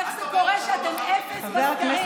איך זה קורה שאתם אפס בסקרים?